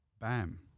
Bam